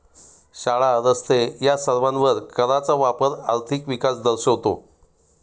शाळा, रस्ते या सर्वांवर कराचा वापर आर्थिक विकास दर्शवतो